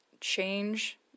change